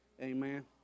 Amen